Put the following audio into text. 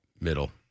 Middle